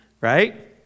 right